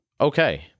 okay